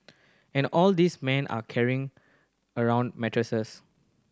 and all these men are carrying around mattresses